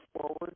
forward